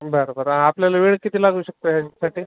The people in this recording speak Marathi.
बरं बरं आपल्याला वेळ किती लागू शकतो ह्याच्यासाठी